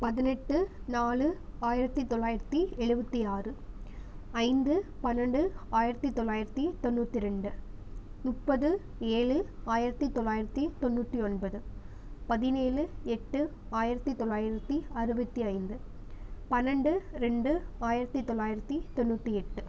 பதினெட்டு நாலு ஆயிரத்தி தொள்ளாயிரத்தி எழுபத்தி ஆறு ஐந்து பன்னெண்டு ஆயிரத்தி தொள்ளாயிரத்தி தொண்ணூற்றி ரெண்டு முப்பது ஏழு ஆயிரத்தி தொள்ளாயிரத்தி தொண்ணூற்றி ஒன்பது பதினேழு எட்டு ஆயிரத்தி தொள்ளாயிரத்தி அறுபத்தி ஐந்து பன்னெண்டு ரெண்டு ஆயிரத்தி தொள்ளாயிரத்தி தொண்ணூற்றி எட்டு